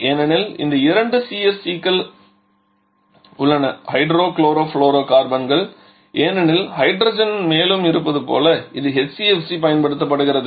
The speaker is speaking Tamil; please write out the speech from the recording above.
ஏனெனில் இந்த இரண்டு CFC க்கள் உள்ளன ஹைட்ரோகிளோரோஃப்ளோரோகார்பன்கள் ஏனெனில் ஹைட்ரஜன் மேலும் இருப்பதுபோலத் இந்த HCFC பயன்படுத்தப்படுகிறது